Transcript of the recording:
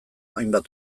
hainbat